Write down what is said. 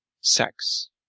sex